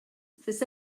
this